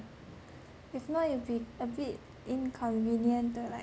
if not it'd be a bit inconvenient to like